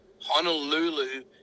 Honolulu